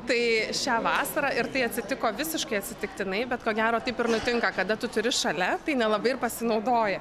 tai šią vasarą ir tai atsitiko visiškai atsitiktinai bet ko gero taip ir nutinka kada tu turi šalia tai nelabai ir pasinaudoji